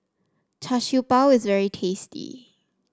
Char Siew Bao is very tasty